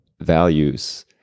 values